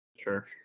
sure